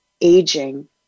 aging